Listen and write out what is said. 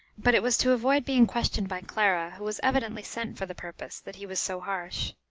but it was to avoid being questioned by clara, who was evidently sent for the purpose, that he was so harsh.